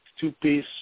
two-piece